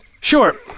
Sure